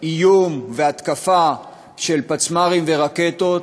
איום והתקפה של פצמ"רים ורקטות,